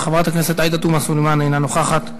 חברת הכנסת עאידה תומא סלימאן, אינה נוכחת.